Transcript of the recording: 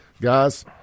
guys